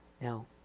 Now